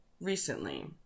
recently